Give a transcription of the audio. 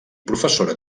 professora